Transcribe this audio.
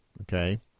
Okay